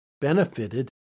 benefited